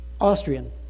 Austrian